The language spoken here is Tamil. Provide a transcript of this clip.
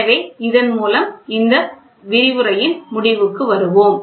எனவே இதன் மூலம் இந்த விரிவுரையின் முடிவுக்கு வருவோம்